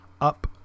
Up